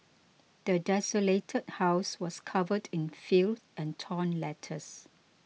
the desolated house was covered in filth and torn letters